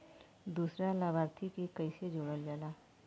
दूसरा लाभार्थी के कैसे जोड़ल जाला?